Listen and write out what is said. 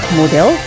model